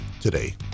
today